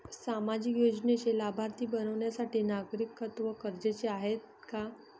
सामाजिक योजनेचे लाभार्थी बनण्यासाठी नागरिकत्व गरजेचे आहे का?